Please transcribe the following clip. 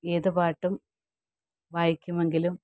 ഏത് പാട്ടും വായിക്കുമെങ്കിലും